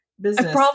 business